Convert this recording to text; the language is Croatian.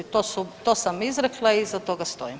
To sam izrekla i iza toga stojim.